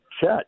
Chet